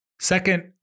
Second